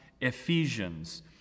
Ephesians